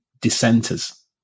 dissenters